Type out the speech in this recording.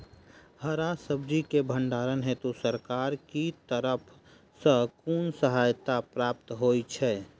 हरा सब्जी केँ भण्डारण हेतु सरकार की तरफ सँ कुन सहायता प्राप्त होइ छै?